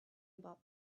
about